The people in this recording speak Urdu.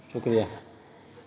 شکریہ